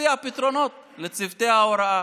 שתציע פתרונות לצוותי ההוראה.